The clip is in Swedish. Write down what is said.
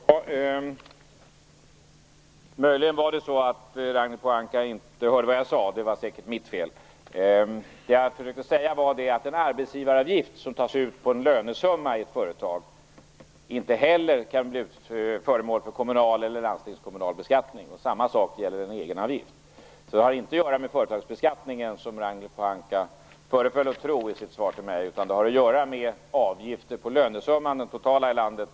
Fru talman! Möjligen var det så att att Ragnhild Pohanka inte hörde vad jag sade. Det var säkert mitt fel. Det jag försökte säga var att en arbetsgivaravgift som tas ut på en lönesumma i ett företag inte heller kan bli föremål för kommunal eller landstingskommunal beskattning. Samma sak gäller en egenavgift. Det har ingenting att göra med företagsbeskattningen, som Ragnhild Pohanka föreföll att tro i sitt svar till mig. Det har att göra med avgifter på den totala lönesumman i landet.